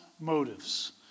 motives